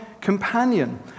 companion